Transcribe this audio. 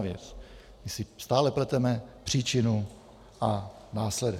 My si stále pleteme příčinu a následek.